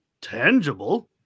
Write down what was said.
tangible